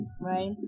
Right